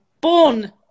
born